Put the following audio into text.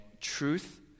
truth